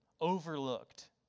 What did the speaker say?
overlooked